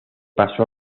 pasó